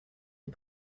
des